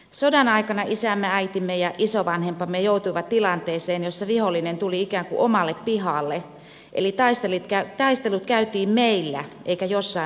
sodan aikana isämme äitimme ja isovanhempamme joutuivat tilanteeseen jossa vihollinen tuli ikään kuin omalle pihalle eli taistelut käytiin meillä eikä jossain muualla